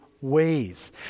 ways